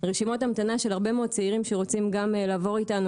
רשימות המתנה של הרבה מאוד צעירים שרוצים גם לעבור איתנו.